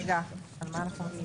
רגע, על מה אנחנו מצביעים?